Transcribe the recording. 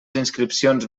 inscripcions